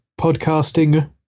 podcasting